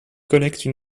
collecte